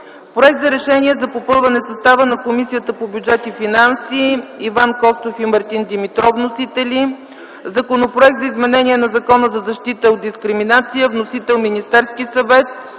Проект за Решение за попълване състава на Комисията по бюджет и финанси. Вносители – Иван Костов и Мартин Димитров. Законопроект за изменение на Закона за защита от дискриминация. Вносител – Министерският съвет.